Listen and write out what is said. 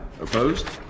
Opposed